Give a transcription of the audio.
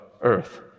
earth